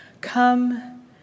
come